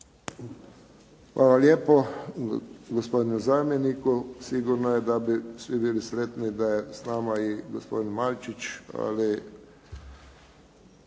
Hvala lijepo, gospodinu zamjeniku. Sigurno je da bi svi bili sretni da je s nama i gospodin